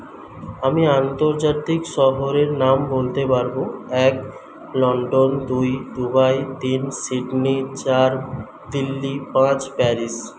আমি আন্তর্জাতিক শহরের নাম বলতে পারব এক লন্ডন দুই দুবাই তিন সিডনি চার দিল্লী পাঁচ প্যারিস